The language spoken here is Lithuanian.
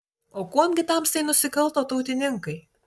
o kuom gi tamstai nusikalto tautininkai